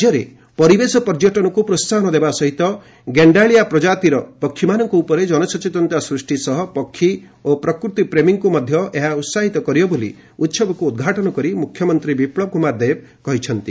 ରାଜ୍ୟରେ ପରିବେଶ ପର୍ଯ୍ୟଟନକୁ ପ୍ରୋହାହନ ଦେବା ସହିତ ଗୋଷ୍ଠାଳିଆ ଜାତିର ପକ୍ଷୀମାନଙ୍କ ଉପରେ ଜନସଚେତନତା ସୃଷ୍ଟି ସହ ପକ୍ଷୀ ଓ ପ୍ରକୃତିପ୍ରେମୀଙ୍କୁ ମଧ୍ୟ ଉତ୍ସାହିତ କରିବ ବୋଲି ଉତ୍ସବକୁ ଉଦ୍ଘାଟନ କରି ମୁଖ୍ୟମନ୍ତ୍ରୀ ବିପୁବ କୁମାର ଦେବ ଏହା କହିଛନ୍ତି